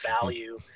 value